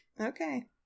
okay